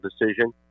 decision